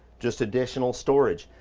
just additional storage.